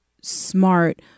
smart